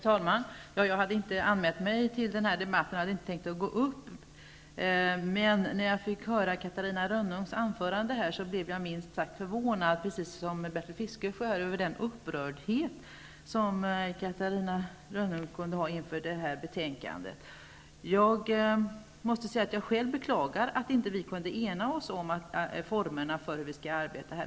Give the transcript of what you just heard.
Herr talman! Jag hade inte anmält mig till denna debatt, men när jag fick höra Catarina Rönnungs anförande blev jag minst sagt förvånad, precis som Bertil Fiskesjö, över den upprördhet som hon kunde känna inför detta betänkande. Jag själv beklagar att vi inte kunde ena oss om formerna för hur vi skall arbeta här.